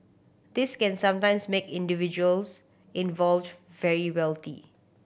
this can sometimes make individuals involved very wealthy